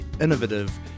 innovative